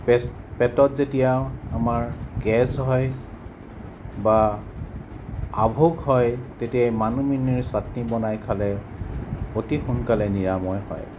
পেটত যেতিয়া আমাৰ গেছ হয় বা আভোক হয় তেতিয়া এই মানিমুনিৰ ছাটনি বনাই খালে অতি সোনকালে নিৰাময় হয়